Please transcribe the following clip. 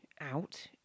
out